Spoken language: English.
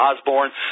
Osborne